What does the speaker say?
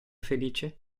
felice